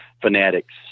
fanatics